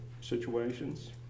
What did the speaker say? situations